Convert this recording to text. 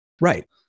Right